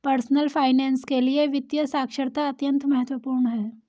personal finance के लिए वित्तीय साक्षरता अत्यंत महत्वपूर्ण है